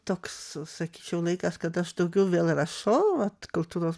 toks sakyčiau laikas kad aš daugiau vėl rašau vat kultūros